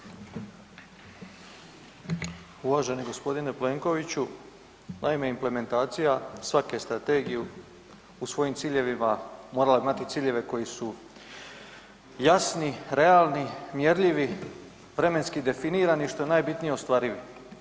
Uvaženi g. Plenkoviću, naime implementacija svake strategije u svojim ciljevima morala bi imati ciljeve koji su jasni, realni, mjerljivi, vremenski definirani, što je najbitnije ostvariti.